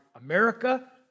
America